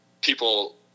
people